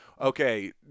Okay